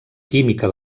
química